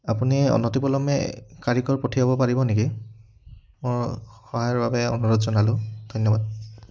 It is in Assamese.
আপুনি অনতিপলমে কাৰিকৰ পঠিয়াব পাৰিব নেকি মোৰ সহায়ৰ বাবে অনুৰোধ জনালোঁ ধন্যবাদ